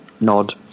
nod